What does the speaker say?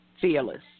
fearless